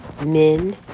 men